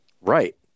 Right